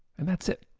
and that's it